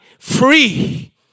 free